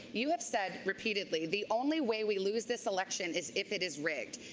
you have said repeatedly, the only way we lose this election is if it is rigged.